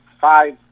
five